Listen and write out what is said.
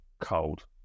cold